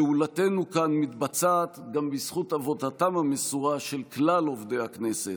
פעולתנו כאן מתבצעת גם בזכות עבודתם המסורה של כלל עובדי הכנסת,